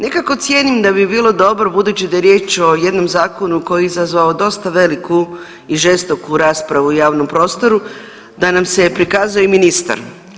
Nekako cijenim da bi bilo dobro budući da je riječ o jednom zakonu koji je izazvao dosta veliku i žestoku raspravu u javnom prostoru da nam se prikazuje i ministar.